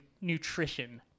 nutrition